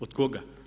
Od koga?